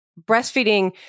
breastfeeding